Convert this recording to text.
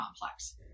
complex